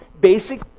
basic